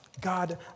God